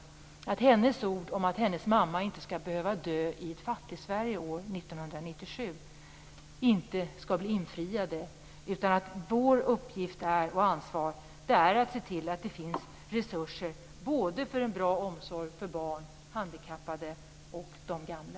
Jag hoppas att hennes ord om att hennes mamma inte skall behöva dö i ett Fattigsverige år 1997 skall bli infriade. Vår uppgift och vårt ansvar är att se till att det finns resurser för en bra omsorg för både barn, handikappade och gamla.